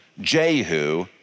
Jehu